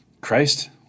Christ